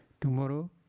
Tomorrow